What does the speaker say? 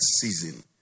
season